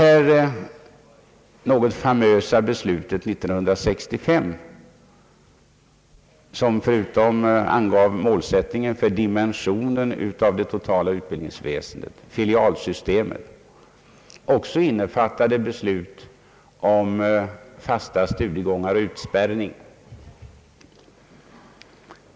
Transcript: Det något famösa beslutet 1963 angav målsättningen för dimensioneringen av det totala utbildningsväsendet med filialsystemet men innefattade också beslut om fasta studiegångar och utspärrning.